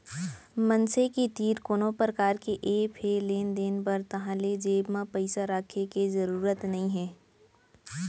मनसे के तीर कोनो परकार के ऐप हे लेन देन बर ताहाँले जेब म पइसा राखे के जरूरत नइ हे